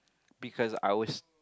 because I was